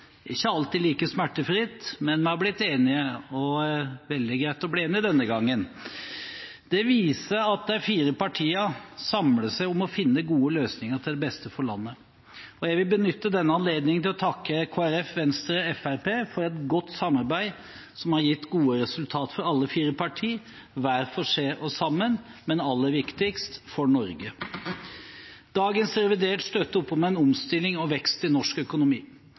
ikke alltid like smertefritt, men vi har blitt enige – og det var veldig greit å bli enige denne gangen. Det viser at de fire partiene samler seg om å finne gode løsninger, til det beste for landet. Jeg vil benytte denne anledningen til å takke Kristelig Folkeparti, Venstre og Fremskrittspartiet for et godt samarbeid, som har gitt gode resultater for alle fire partier, hver for seg og sammen, men aller viktigst: for Norge. Dagens revidert støtter opp om omstilling og vekst i norsk økonomi.